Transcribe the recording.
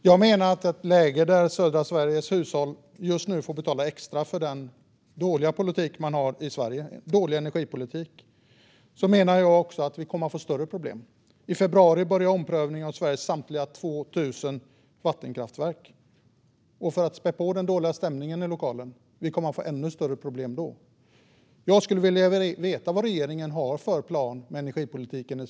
Fru talman! Vi har ett läge där södra Sveriges hushåll får betala extra på grund av Sveriges dåliga energipolitik. I februari börjar omprövningen av Sveriges samtliga 2 000 vattenkraftverk, och jag menar att vi kommer att få ännu större problem då. Vad har regeringen för plan för Sveriges energipolitik?